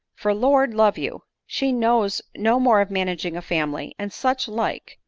for, lord love you! she knows no more of managing a family, and such like,